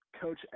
coach